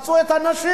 מצאו את הנשים,